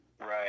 Right